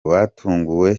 batunguwe